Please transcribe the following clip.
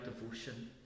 devotion